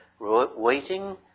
Waiting